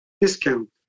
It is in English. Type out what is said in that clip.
discount